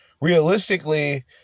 Realistically